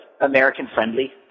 American-friendly